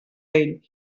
ell